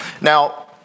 Now